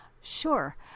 Sure